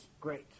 Great